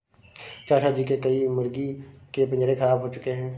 चाचा जी के कई मुर्गी के पिंजरे खराब हो चुके हैं